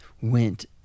went